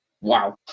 wow